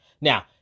Now